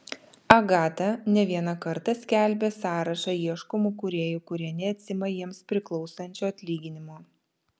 agata ne vieną kartą skelbė sąrašą ieškomų kūrėjų kurie neatsiima jiems priklausančio atlyginimo